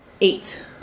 Eight